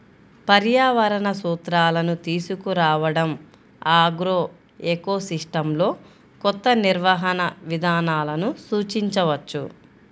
పర్యావరణ సూత్రాలను తీసుకురావడంఆగ్రోఎకోసిస్టమ్లోకొత్త నిర్వహణ విధానాలను సూచించవచ్చు